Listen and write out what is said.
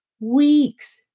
Weeks